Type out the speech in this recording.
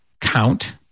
count